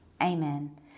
Amen